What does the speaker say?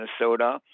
Minnesota